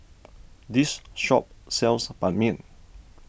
this shop sells Ban Mian